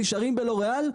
נשארים בלוריאל?